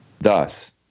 Thus